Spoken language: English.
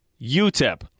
UTEP